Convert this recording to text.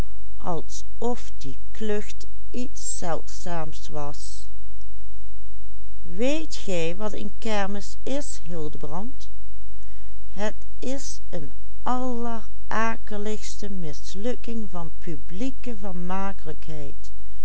het is een allerakeligste mislukking van publieke